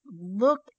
look